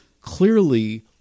clearly